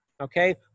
okay